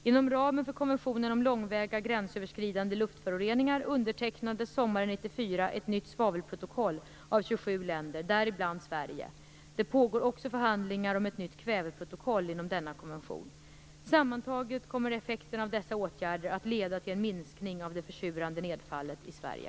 Inom ramen för konventionen om långväga gränsöverskridande luftföroreningar undertecknades sommaren 1994 ett nytt svavelprotokoll av 27 länder, däribland Sverige. Det pågår också förhandlingar om ett nytt kväveprotokoll inom denna konvention. Sammantaget kommer effekterna av dessa åtgärder att leda till en minskning av det försurande nedfallet i Sverige.